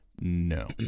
No